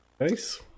Nice